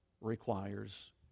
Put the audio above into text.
requires